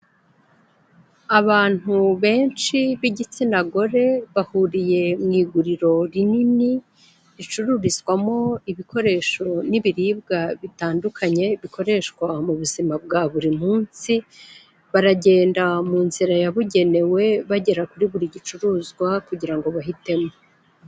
Abantu benshi b'igitsina gore bahuriye mu iguriro rinini ricururizwamo ibikoresho n'ibiribwa bitandukanye bikoreshwa mu buzima bwa buri munsi; baragenda mu nzira yabugenewe bagera kuri buri gicuruzwa kugira ngo bahitemo.